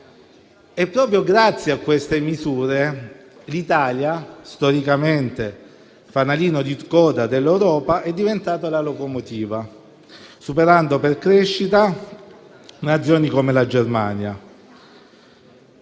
E proprio grazie a queste misure l'Italia, storicamente fanalino di coda dell'Europa, è diventata la locomotiva, superando per crescita un Paese come la Germania.